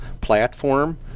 platform